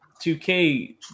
2K